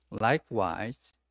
Likewise